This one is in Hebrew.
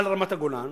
על רמת-הגולן,